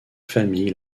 famille